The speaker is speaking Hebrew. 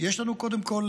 קודם כול,